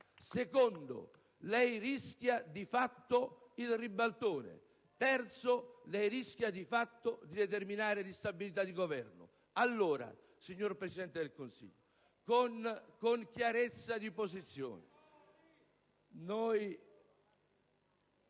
Secondo, lei rischia di fatto il ribaltone. Terzo, lei rischia di fatto di determinare l'instabilità di governo. Signor Presidente del Consiglio, con chiarezza di posizioni...